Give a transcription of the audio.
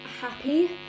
happy